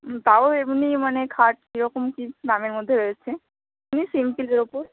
তাও এমনি মানে খাট কী রকম কী দামের মধ্যে রয়েছে এমনি সিম্পিলের ওপর